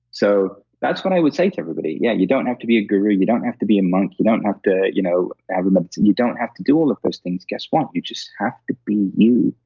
so, that's what i would say to everybody. yeah, you don't have to be a guru, you don't have to be a monk, you don't have to you know have. um ah and you don't have to do all of those things. guess what? you just have to be you.